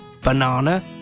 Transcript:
banana